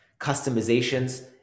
customizations